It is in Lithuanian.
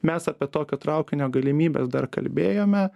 mes apie tokio traukinio galimybes dar kalbėjome